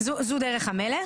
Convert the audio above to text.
זו דרך המלך.